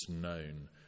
known